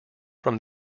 from